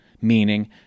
meaning